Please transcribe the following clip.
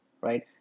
right